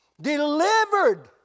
Delivered